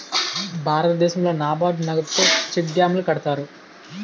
భారతదేశంలో నాబార్డు నగదుతో సెక్కు డ్యాములు కడతారు